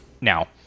now